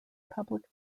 public